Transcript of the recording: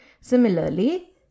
Similarly